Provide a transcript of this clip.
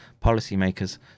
policymakers